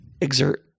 exert